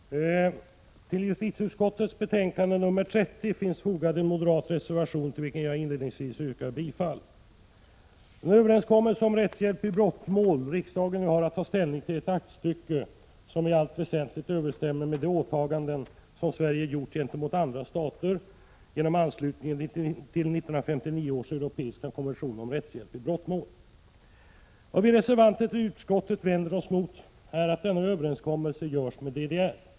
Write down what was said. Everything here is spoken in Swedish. Herr talman! Till justitieutskottets betänkande nr 30 finns fogad en moderat reservation till vilken jag inledningsvis yrkar bifall. Den överenskommelse om rättshjälp i brottmål riksdagen nu har att ta ställning till är ett aktstycke, som i allt väsentligt överensstämmer med de åtaganden som Sverige gjort gentemot andra stater genom anslutningen till 1959 års europeiska konvention om rättshjälp i brottmål. Vad vi reservanter i utskottet vänder oss mot är att denna överenskommelse görs med DDR.